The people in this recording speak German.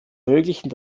ermöglichen